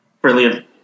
Brilliant